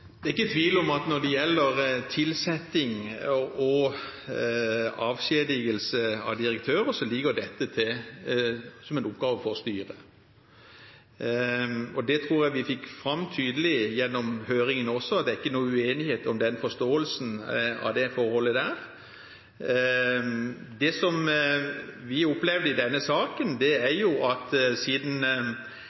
Det er ikke tvil om at når det gjelder tilsetting og avskjedigelse av direktører, så ligger dette som en oppgave for styret, og det tror jeg vi også fikk fram tydelig gjennom høringen. Det er ikke noen uenighet om den forståelsen av det forholdet. Det som vi opplevde i denne saken, er at siden personalsaken ikke ble noe tema på høringen, synes ikke vi det er